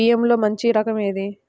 బియ్యంలో మంచి రకం ఏది?